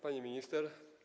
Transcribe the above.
Pani Minister!